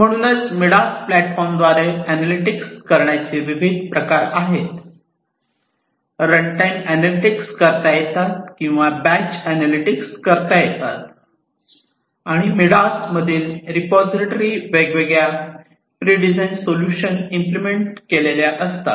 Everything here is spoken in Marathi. म्हणूनच मिडास प्लॅटफॉर्मद्वारे एनालॅटिक्स करण्याचे विविध प्रकार आहेत रनटाइम एनालॅटिक्स करता येतात किंवा बॅच एनालॅटिक्स करता येतात आणि मिडास मधील रेपॉजिटरीमध्ये वेगवेगळ्या प्रिडिझाईन सोल्यूशन्स इम्प्लिमेंट केलेल्या असतात